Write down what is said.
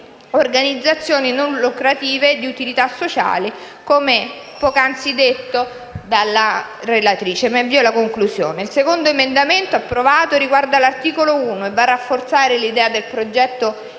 organizzazioni non lucrative di utilità sociale, come poc'anzi detto dalla relatrice. Mi avvio alla conclusione. Il secondo emendamento approvato riguarda l'articolo 1 e va a rafforzare l'idea del progetto